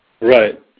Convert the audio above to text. Right